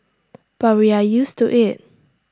but we are used to IT